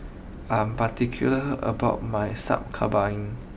I'm particular about my Sup Kambing